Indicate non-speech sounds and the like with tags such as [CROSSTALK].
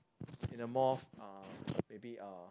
in a more uh [NOISE] maybe uh